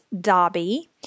Dobby